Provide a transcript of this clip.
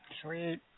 Sweet